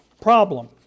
problem